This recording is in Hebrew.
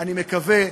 אני מקווה,